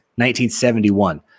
1971